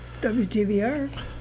WTVR